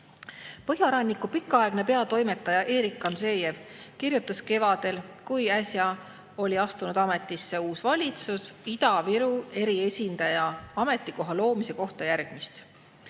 Põhjaranniku pikaaegne peatoimetaja Erik Gamzejev kirjutas kevadel, kui äsja oli astunud ametisse uus valitsus, Ida-Viru eriesindaja ametikoha loomise kohta järgmist: